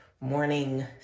morning